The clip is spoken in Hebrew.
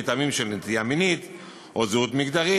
מטעמים של נטייה מינית או זהות מגדרית,